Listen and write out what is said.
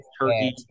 turkey